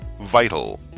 Vital